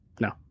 No